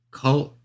cult